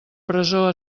presó